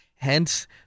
Hence